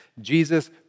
Jesus